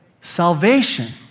salvation